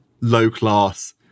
low-class